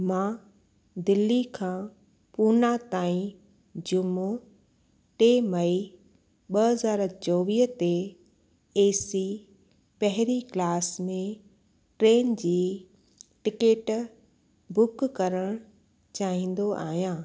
मां दिल्ली खां पुणे ताईं जुमो टे मई ॿ हज़ार चोवीह ते एसी पहिरीं क्लास में ट्रेन जी टिकट बुक करण चाहिंदो आहियां